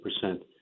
percent